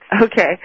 Okay